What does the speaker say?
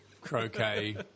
croquet